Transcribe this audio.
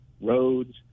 roads